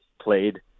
played